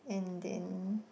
and then